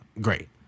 Great